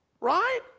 Right